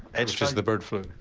which is the bird flu.